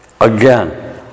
Again